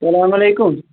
اسلامُ علیکُم